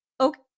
okay